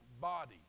body